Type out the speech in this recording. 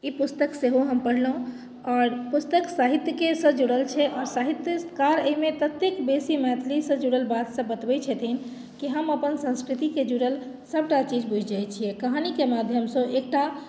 ई पुस्तक सेहो हम पढ़लहुँ आओर पुस्तक साहित्यके सँ जुड़ल छै आओर साहित्यकार एहिमे ततेक बेसी मैथिलीसँ जुड़ल बातसभ बतबैत छथिन कि हम अपन संस्कृतिके जुड़ल सभटा चीज बुझि जाइत छियै कहानीके माध्यमसँ ओ एकटा